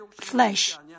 flesh